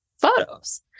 photos